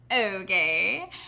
okay